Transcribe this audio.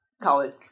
college